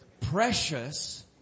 precious